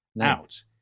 out